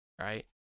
right